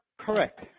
Correct